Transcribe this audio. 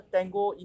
Tango